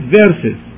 verses